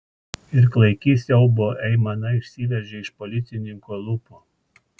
ir klaiki siaubo aimana išsiveržė iš policininko lūpų